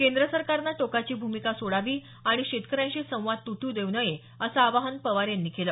केंद्र सरकारने टोकाची भूमिका सोडावी आणि शेतकऱ्यांशी संवाद तुट्र देऊ नये असं आवाहन पवार यांनी केलं